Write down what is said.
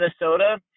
Minnesota